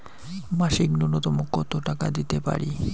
মাসিক নূন্যতম কত টাকা দিতে পারি?